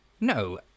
No